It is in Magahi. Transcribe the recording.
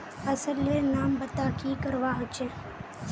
फसल लेर नाम बता की करवा होचे?